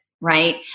Right